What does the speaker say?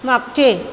मागचे